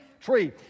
tree